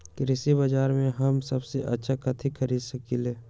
कृषि बाजर में हम सबसे अच्छा कथि खरीद सकींले?